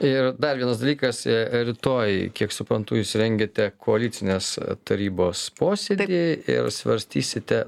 ir dar vienas dalykas rytoj kiek suprantu jūs rengiate koalicinės tarybos posėdį ir svarstysite